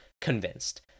convinced